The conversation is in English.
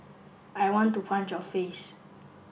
I want to punch your face